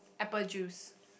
apple juice